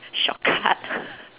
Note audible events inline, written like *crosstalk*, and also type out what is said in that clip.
shortcut *breath*